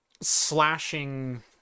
slashing